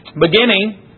Beginning